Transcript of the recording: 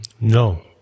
No